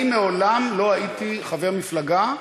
אני מעולם לא הייתי חבר מפלגה,